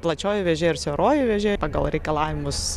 plačioji vėžė ir siauroji vėžė pagal reikalavimus